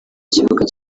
kibuga